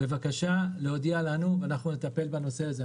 בבקשה תודיעו לנו ואנחנו נטפל בנושא הזה.